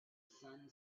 sun